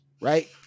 Right